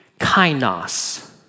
kainos